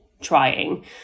trying